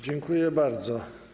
Dziękuję bardzo.